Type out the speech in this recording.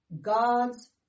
God's